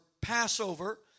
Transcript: Passover